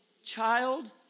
Child